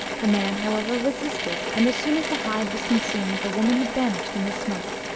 the man, however, resisted, and, as soon as the hide was consumed, the woman had vanished in the smoke.